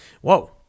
Whoa